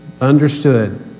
understood